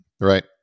Right